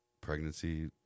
pregnancy